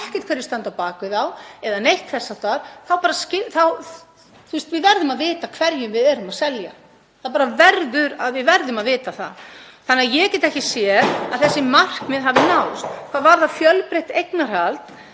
ekkert hverjir standa á bak við þá eða neitt þess háttar. Við verðum að vita hverjum við erum að selja. Það bara verður að vera, við verðum að vita það, þannig að ég get ekki séð að þessi markmið hafi náðst. Hvað varðar fjölbreytt eignarhald